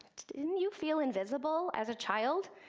didn't you feel invisible as a child?